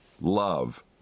love